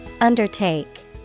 Undertake